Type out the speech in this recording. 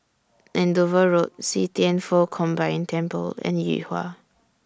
Andover Road See Thian Foh Combined Temple and Yuhua